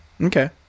Okay